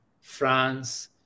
France